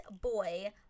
boy